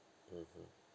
mmhmm